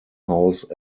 house